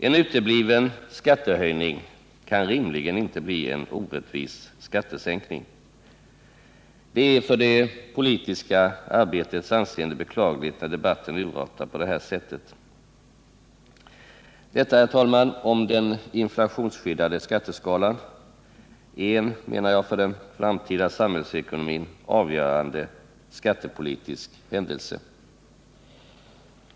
En utebliven skattehöjning kan rimligen inte bli en orättvis skattesänkning. Det är för det politiska arbetets anseende beklagligt när debatten urartar på det sättet. Detta, herr talman, om den inflationsskyddade skatteskalan — en, menar jag, för den framtida samhällsekonomin avgörande skattepolitisk händelse.